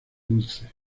dulce